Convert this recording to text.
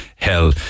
Hell